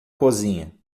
cozinha